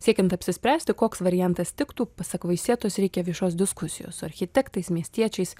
siekiant apsispręsti koks variantas tiktų pasak vaisietos reikia viešos diskusijos su architektais miestiečiais